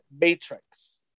Matrix